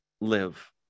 live